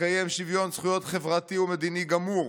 תקיים שוויון זכויות חברתי ומדיני גמור